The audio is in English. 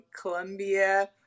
Colombia